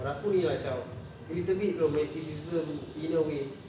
pada aku ni macam a little bit romanticism in a way